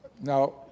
Now